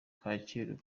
kacyiru